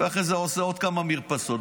אחרי זה עושה עוד כמה מרפסות,